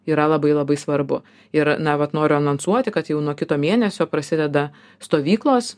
yra labai labai svarbu ir na vat noriu anonsuoti kad jau nuo kito mėnesio prasideda stovyklos